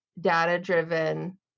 data-driven